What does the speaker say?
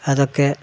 അതൊക്കെ